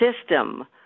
system